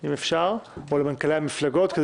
או למנכ"לי המפלגות.